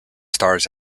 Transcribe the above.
stars